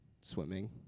swimming